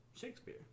Shakespeare